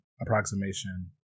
approximation